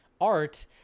art